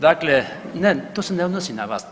Dakle, ne, to se ne odnosi na vas.